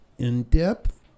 in-depth